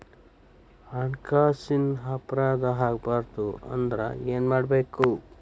ಹಣ್ಕಾಸಿನ್ ಅಪರಾಧಾ ಆಗ್ಬಾರ್ದು ಅಂದ್ರ ಏನ್ ಮಾಡ್ಬಕು?